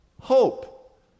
hope